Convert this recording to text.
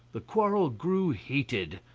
the quarrel grew heated.